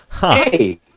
Hey